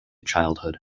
childhood